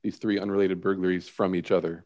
these three unrelated burglaries from each other